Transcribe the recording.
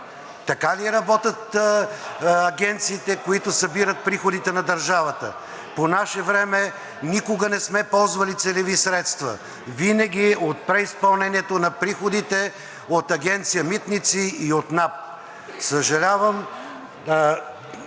Така ли работят агенциите, които събират приходите на държавата? По наше време никога не сме ползвали целеви средства, винаги от преизпълнението на приходите – от Агенция „Митници“ и от НАП.